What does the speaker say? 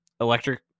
Electric